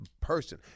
person